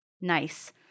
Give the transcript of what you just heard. Nice